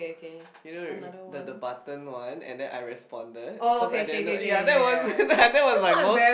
you know the the button one and then I responded cause I didn't know ya that was that was like most